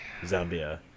Zambia